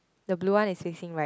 the blue one is facing right